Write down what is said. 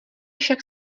však